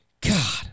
God